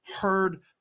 heard